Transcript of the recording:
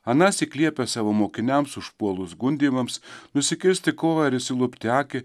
anąsyk liepę savo mokiniams užpuolus gundymams nusikirsti koją ar išsilupti akį